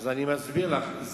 אני מסביר לך,